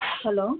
hello